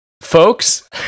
folks